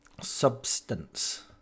Substance